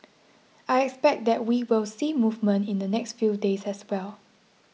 I expect that we will see movement in the next few days as well